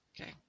Okay